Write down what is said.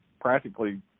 practically